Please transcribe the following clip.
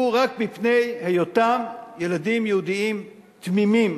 הוא רק מפני היותם ילדים יהודים תמימים,